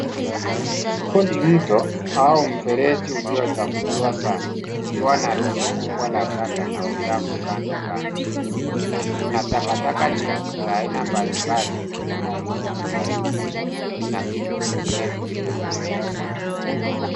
Huu ni mto au mfereji uliochafuliwa sana ukiwa na rundu kubwa la taka na uchafu kando kando, kuna takataka nyingi za aina mbalimbali ikiwemo nguo ,plastiki na vitu vingine vilivyotupwa.